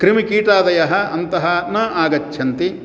कृमिकीटादयः अन्तः न आगच्छन्ति